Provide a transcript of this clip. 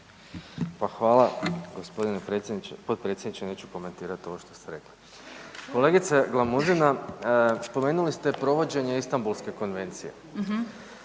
Pa hvala predsjedniče, potpredsjedniče neću komentirati ovo što ste rekli. Kolegice Glamuzina spomenuli ste provođene Istambulske konvencije,